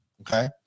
Okay